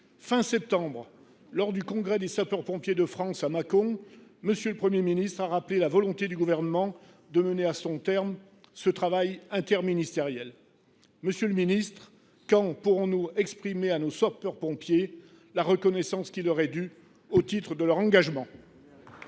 de septembre, lors du congrès des sapeurs pompiers de France, à Mâcon, M. le Premier ministre a rappelé la volonté du Gouvernement de mener à son terme ce travail interministériel. Monsieur le ministre, quand pourrons nous exprimer à nos sapeurs pompiers la reconnaissance qui leur est due au titre de leur engagement ?